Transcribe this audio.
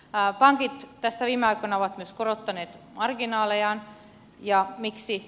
pankit tässä viime aikoina ovat myös korottaneet marginaalejaan ja miksi